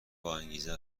باانگیزه